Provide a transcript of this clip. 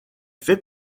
fait